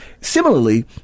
Similarly